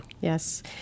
Yes